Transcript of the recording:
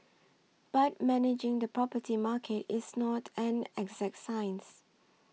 but managing the property market is not an exact science